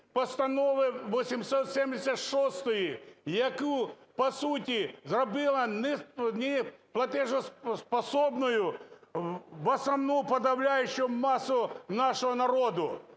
Постанови 876, яка, по суті, зробила неплатоспроможною основну… подавляющую массу нашого народу,